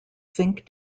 think